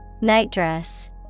Nightdress